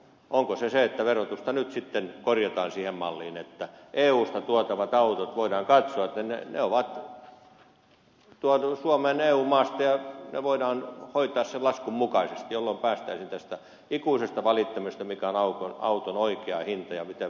onko se se että verotusta nyt sitten korjataan siihen malliin että voidaan katsoa että eusta tuotavat autot tuodaan suomeen eu maasta ja ne voidaan hoitaa sen laskun mukaisesti jolloin päästäisiin tästä ikuisesta valittamisesta mikä on auton oikea hinta ja miten verrataan kotimaiseen hintaan